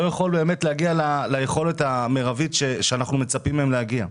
לא יכול באמת להגיע ליכולת המרבית שאנחנו מצפים מהם להגיע.